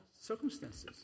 circumstances